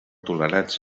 tolerats